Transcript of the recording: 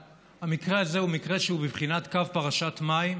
המקרה הזה הוא מקרה שהוא בבחינת קו פרשת מים,